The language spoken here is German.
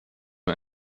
nur